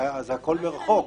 זה הכול מרחוק.